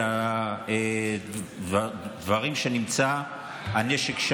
לדברים שבהם נמצא הנשק.